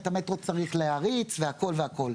את המטרו צריך להריץ והכול והכול.